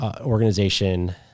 organization